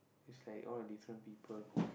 is like all the different people